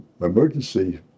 emergency